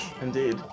indeed